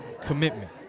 Commitment